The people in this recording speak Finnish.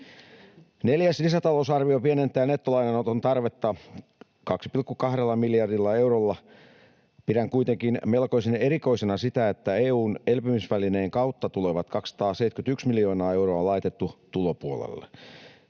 Neljäs lisätalousarvio pienentää nettolainanoton tarvetta 2,2 miljardilla eurolla. Pidän kuitenkin melkoisen erikoisena sitä, että EU:n elpymisvälineen kautta tulevat 271 miljoonaa euroa on laitettu tulopuolelle.